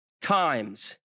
times